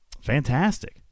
fantastic